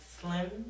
slim